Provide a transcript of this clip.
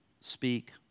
speak